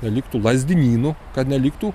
neliktų lazdynynu kad neliktų